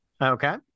Okay